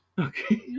Okay